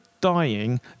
dying